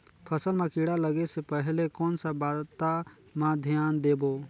फसल मां किड़ा लगे ले पहले कोन सा बाता मां धियान देबो?